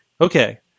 Okay